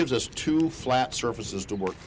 gives us two flat surfaces to work